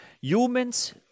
Humans